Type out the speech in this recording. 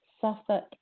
Suffolk